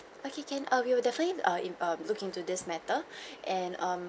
okay can err we will definitely err in err look into this matter and um